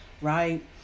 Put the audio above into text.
right